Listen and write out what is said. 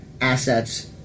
assets